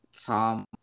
Tom